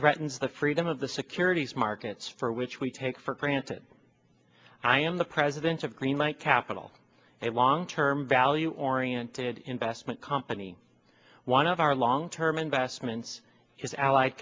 threatened the freedom of the securities markets for which we take for granted i am the president of green knight capital a long term value oriented investment company one of our long term investments his ally